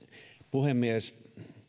puhemies